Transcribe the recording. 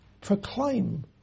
proclaim